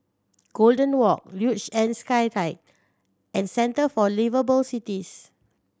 Golden Walk Luge and Skyride and Centre for Liveable Cities